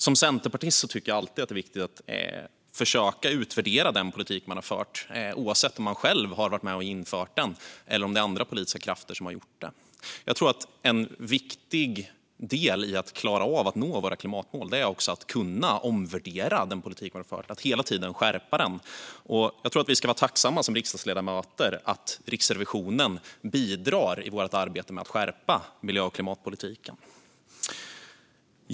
Som centerpartist tycker jag alltid att det är viktigt att försöka utvärdera den politik som har förts, oavsett om man själv har varit med och infört den eller om det är andra politiska krafter som har gjort det. Jag tror också att en viktig del i att vi ska klara av att nå våra klimatmål är att vi kan omvärdera den politik vi har fört och hela tiden skärpa den. Jag tror att vi, som riksdagsledamöter, ska vara tacksamma för att Riksrevisionen bidrar i vårt arbete med att skärpa miljö och klimatpolitiken.